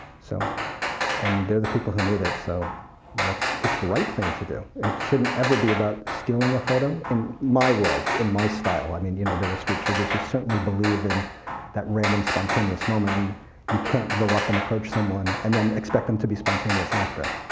so and they're the people who need it. so it's the right thing to do. it shouldn't ever be about stealing a photo. in my world, in my style. i mean, you know there were street shooters who certainly believe in that random, spontaneous moment, and you can't go up and approach someone, and then expect them to be spontaneous after.